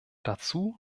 dazu